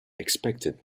expected